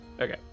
Okay